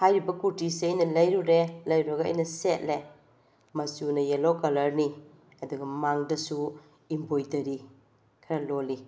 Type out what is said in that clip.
ꯍꯥꯏꯔꯤꯕ ꯀꯨꯔꯇꯤꯁꯦ ꯑꯩꯅ ꯂꯩꯔꯨꯔꯦ ꯂꯩꯔꯨꯔꯒ ꯑꯩꯅ ꯁꯦꯠꯂꯦ ꯃꯆꯨꯅ ꯌꯦꯜꯂꯣ ꯀꯂꯔꯅꯤ ꯑꯗꯨꯒ ꯃꯃꯥꯡꯗꯁꯨ ꯏꯝꯕ꯭ꯔꯣꯏꯗꯔꯤ ꯈꯔ ꯂꯣꯜꯂꯤ